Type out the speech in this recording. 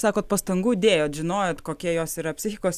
sakot pastangų dėjot žinojot kokia jos yra psichikos